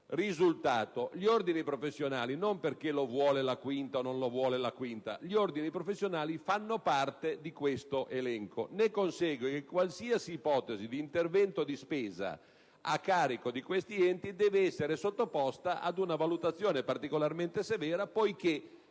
Risultato: gli ordini professionali - non perché la 5a Commissione lo voglia o no - fanno parte di questo elenco. Ne consegue che qualsiasi ipotesi di intervento di spesa a carico di questi enti deve essere sottoposta ad una valutazione particolarmente severa poiché